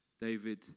David